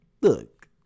look